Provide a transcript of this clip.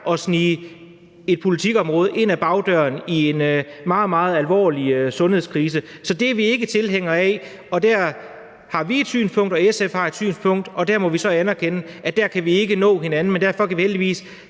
at snige et politikområde ind ad bagdøren i en meget, meget alvorlig sundhedskrise. Så det er vi ikke tilhængere af, og der har vi ét synspunkt, og SF har et andet synspunkt, og der må vi så anerkende, at vi ikke kan nå hinanden. Men derfor kan vi heldigvis